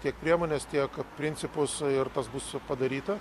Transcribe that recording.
tiek priemones tiek principus ir tas bus padaryta